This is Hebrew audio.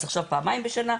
אז עכשיו פעמיים בשנה,